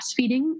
breastfeeding